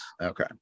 Okay